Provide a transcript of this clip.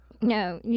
No